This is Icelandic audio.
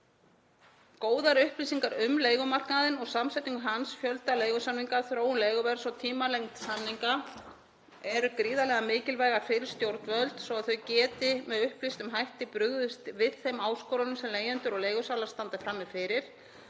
Góðar upplýsingar um leigumarkaðinn og samsetningu hans, fjölda leigusamninga, þróun leiguverðs og tímalengd samninga eru gríðarlega mikilvægar fyrir stjórnvöld svo að þau geti með upplýstum hætti brugðist við þeim áskorunum sem leigjendur og leigusalar standa frammi fyrir,